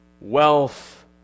wealth